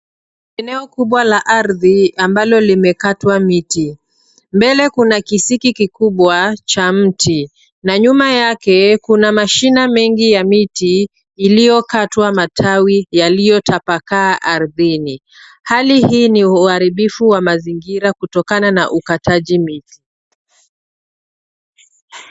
Eneo kubwa la ardhi, ambalo zilikatwa miti, mbele kuna kisiki kikubwa, cha mti, na nyuma yake, kuna mashina mengi ya miti, iliyokatwa matawi yaliyotapakaa ardhini. Hali hii ni uharibifu wa mazingira kutokana na ukataji miti.